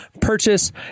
purchase